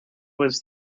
was